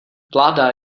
vláda